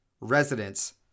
residents